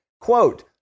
Quote